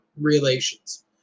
relations